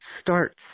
starts